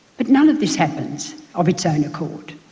but none of this happens of its own accord.